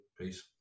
Peace